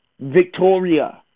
Victoria